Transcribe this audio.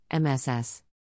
MSS